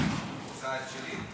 רוצה את שלי?